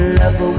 love